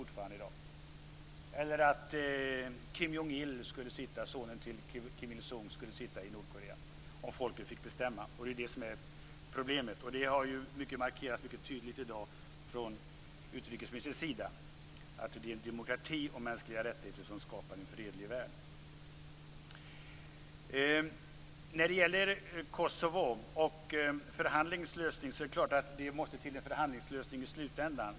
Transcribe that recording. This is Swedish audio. Jag tror inte heller att Kim Il-Sungs son Kim Jong-Il skulle sitta som ledare i Nordkorea om folket fick bestämma. Och det är ju det som är problemet, vilket också har markerats mycket tydligt i dag från utrikesministerns sida. Det är demokrati och mänskliga rättigheter som skapar en fredlig värld. När det gäller en förhandlingslösning i Kosovo är det klart att en sådan måste till i slutändan.